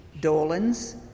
Dolans